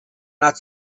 not